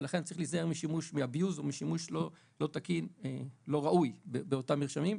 ולכן צריך להיזהר מ-abuse או משימוש לא תקין ולא ראוי באותם מרשמים,